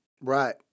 Right